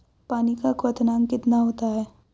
पानी का क्वथनांक कितना होता है?